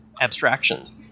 abstractions